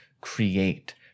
create